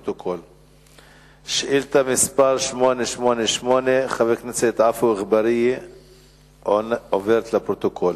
שאל את שר החינוך ביום י"ז באדר התש"ע (3 במרס 2010):